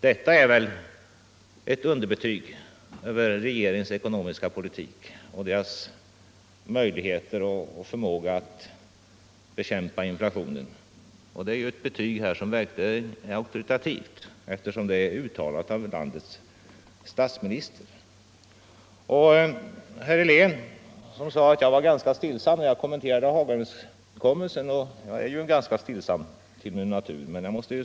Detta är väl ett underbetyg för regeringens ekonomiska politik och regeringens möjligheter och förmåga att bekämpa inflationen. Ja, det är ett verkligt auktoritativt underbetyg, eftersom det är uttalat av landets statsminister. Herr Helén sade att jag var ganska stillsam när jag kommenterade Hagaöverenskommelsen. Ja, jag är ju ganska stillsam till min natur.